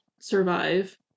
survive